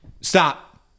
Stop